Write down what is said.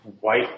white